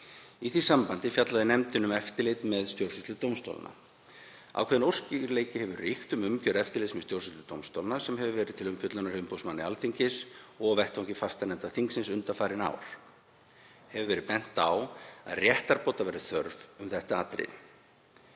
Í því sambandi fjallaði nefndin um eftirlit með stjórnsýslu dómstólanna. Ákveðinn óskýrleiki hefur ríkt í umgjörð eftirlits með stjórnsýslu dómstólanna, sem hefur verið til umfjöllunar hjá umboðsmanni Alþingis og á vettvangi fastanefnda þingsins undanfarin ár. Hefur verið bent á að réttarbóta væri þörf um þetta atriði.